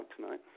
tonight